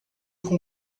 com